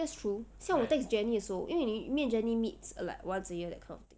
that's true 像我 text jenny 的时候因为 me and jenny meets like once a year that kind of thing